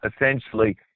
essentially